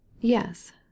Yes